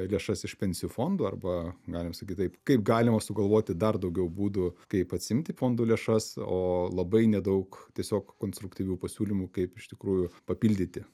lėšas iš pensijų fondų arba galima sakyt taip kaip galima sugalvoti dar daugiau būdų kaip atsiimti fondų lėšas o labai nedaug tiesiog konstruktyvių pasiūlymų kaip iš tikrųjų papildyti